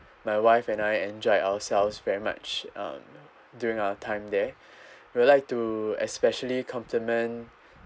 my wife and I enjoyed ourselves very much um during our time there we'll like to especially compliment